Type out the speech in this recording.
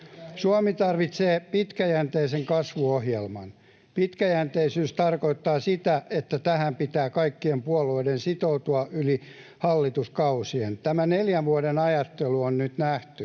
Suomi tarvitsee pitkäjänteisen kasvuohjelman. Pitkäjänteisyys tarkoittaa sitä, että tähän pitää kaikkien puolueiden sitoutua yli hallituskausien. Tämä neljän vuoden ajattelu on nyt nähty.